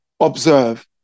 observe